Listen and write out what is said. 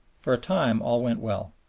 for a time all went well.